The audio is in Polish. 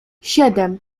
siedem